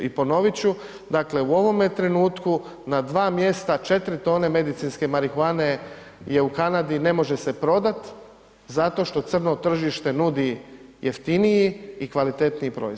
I ponovit ću, dakle u ovome trenutku na 2 mjesta, 4 tone medicinske marihuane je u Kanadi i ne može se prodat zato što crno tržište nudi jeftiniji i kvalitetniji proizvod.